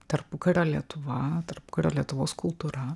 tarpukario lietuva tarpukurio lietuvos kultūra